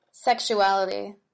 Sexuality